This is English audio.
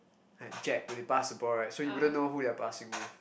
like Jack when they pass the ball right so you wouldn't know who they are passing with